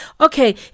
Okay